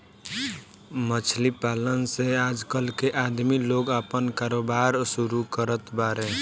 मछली पालन से आजकल के आदमी लोग आपन कारोबार शुरू करत बाड़े